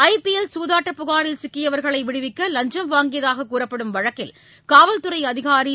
ஐ P L சூதாட்ட புகாரில் சிக்கியவர்களை விடுவிக்க லஞ்சம் வாங்கியதாக கூறப்படும் வழக்கில் காவல்துறை அதிகாரி திரு